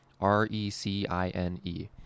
r-e-c-i-n-e